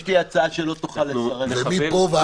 יש לי הצעה שלא תוכל לסרב לה --- מיקי.